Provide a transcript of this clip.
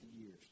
years